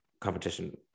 competition